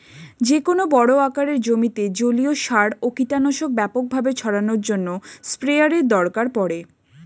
যেকোনো বড় আকারের জমিতে জলীয় সার ও কীটনাশক ব্যাপকভাবে ছড়ানোর জন্য স্প্রেয়ারের দরকার পড়ে